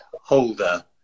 Holder